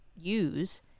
use